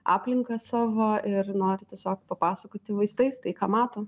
aplinką savo ir nori tiesiog papasakoti vaizdais tai ką mato